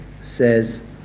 says